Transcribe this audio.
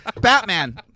Batman